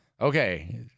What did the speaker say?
Okay